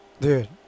Dude